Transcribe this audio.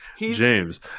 James